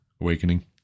awakening